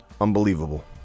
Unbelievable